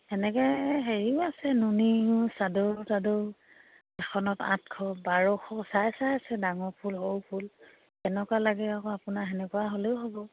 তেনেকৈ হেৰিও আছে নুনি চাদৰো তাদৰো এখনত আঠশ বাৰশ চাই চাই আছে ডাঙৰ ফুল সৰু ফুল কেনেকুৱা লাগে আকৌ আপোনাৰ তেনেকুৱা হ'লেও হ'ব